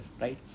right